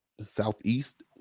southeast